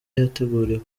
yateguriwe